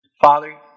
Father